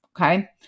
okay